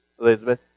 Elizabeth